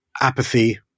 Apathy